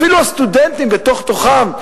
אפילו הסטודנטים בתוך תוכם,